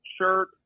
shirt